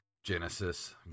Genesis